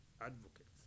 advocates